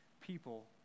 people